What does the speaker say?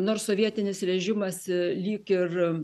nors sovietinis režimas lyg ir